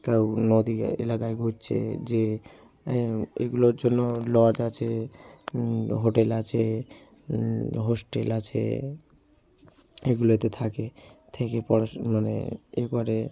তাও নদী এলাকায় ঘুরছে যে এগুলোর জন্য লজ আছে হোটেল আছে হোস্টেল আছে এগুলোতে থাকে থেকে পড়াশুনো মানে এ করে